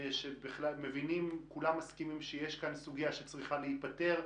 שכולם מסכימים שיש כאן סוגיה שצריכה להיפתר.